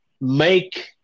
make